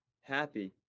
happy